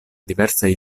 diversaj